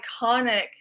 iconic